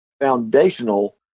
foundational